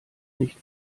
nicht